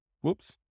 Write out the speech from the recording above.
Whoops